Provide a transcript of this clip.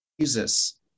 Jesus